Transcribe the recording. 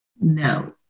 No